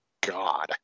god